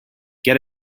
get